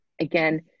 again